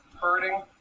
hurting